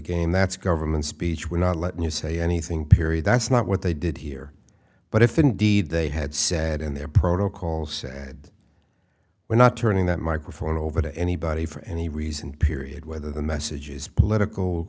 game that's government speech would not let you say anything period that's not what they did here but if indeed they had said in their protocol said we're not turning that microphone over to anybody for any reason period whether the message is political